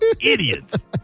Idiots